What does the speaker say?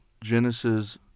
Genesis